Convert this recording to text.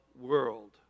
world